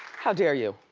how dare you?